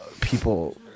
people